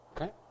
Okay